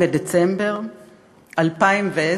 2 בדצמבר 2010,